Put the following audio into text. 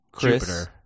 Jupiter